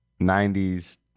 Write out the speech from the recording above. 90s